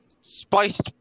spiced